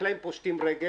החקלאים פושטים רגל.